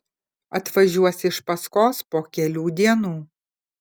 atvažiuos iš paskos po kelių dienų